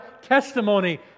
testimony